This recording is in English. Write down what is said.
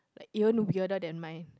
like even weirder than mine